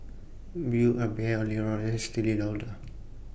Build A Bear L'Oreal and Estee Lee Lauder